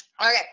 Okay